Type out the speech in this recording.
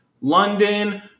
London